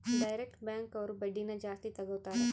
direct bank ಅವ್ರು ಬಡ್ಡಿನ ಜಾಸ್ತಿ ತಗೋತಾರೆ